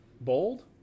Bold